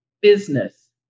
business